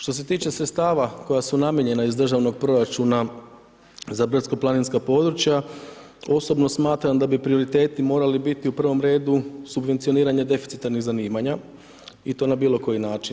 Što se tiče sredstava koja su namijenjena iz državnog proračuna za brdsko planinska područja osobno smatram da bi prioritet morali biti u prvom redu subvencioniranje deficitarnih zanimanja i to na bilo koji način.